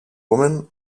woman